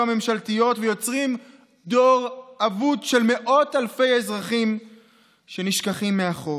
הממשלתיות ויוצרים דור אבוד של מאות אלפי אזרחים שנשכחים מאחור.